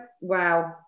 wow